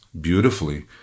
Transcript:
beautifully